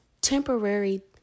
Temporary